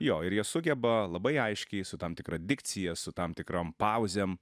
jo ir jie sugeba labai aiškiai su tam tikra dikcija su tam tikrom pauzėm